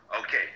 Okay